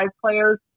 players